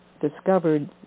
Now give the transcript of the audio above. discovered